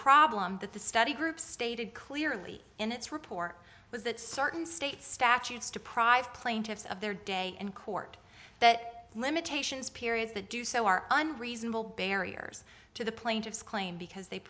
problem that the study group stated clearly in its report was that certain state statutes deprive plaintiffs of their day in court that limitations periods that do so are unreasonable barriers to the plaintiff's claim because they